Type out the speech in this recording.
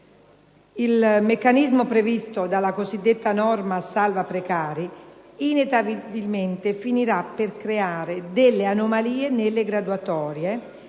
Il meccanismo previsto dalla cosiddetta norma salva precari inevitabilmente finirà per creare delle anomalie nelle graduatorie,